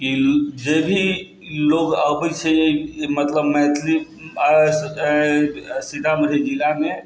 की जे भी लोग अबै छै मतलब मैथिली सीतामढ़ी जिलामे